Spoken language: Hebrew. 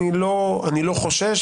לא חושש,